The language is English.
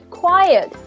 quiet